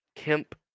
Kemp